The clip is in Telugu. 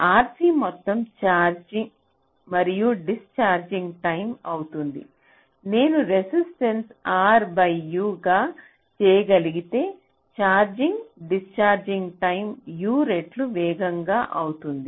RC మొత్తం ఛార్జింగ్ మరియు డిస్చార్జ్ఇంగ్ టైం అవుతుంది నేను రెసిస్టెన్స్ R బై U గా చేయగలిగితే ఛార్జింగ్ డిస్చార్జ్ఇంగ్ టైం U రెట్లు వేగంగా అవుతుంది